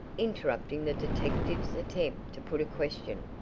interrupting the detective's attempt to put a question,